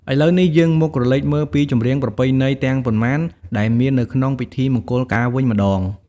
ឥឡូវនេះ យើងមកក្រឡេកមើលពីចម្រៀងប្រណៃណីទាំងប៉ុន្មានដែលមាននៅក្នុងពិធីមង្គលការវិញម្ដង។